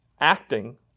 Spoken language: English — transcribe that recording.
acting